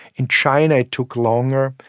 in china it took longer,